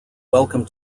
welcome